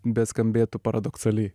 beskambėtų paradoksaliai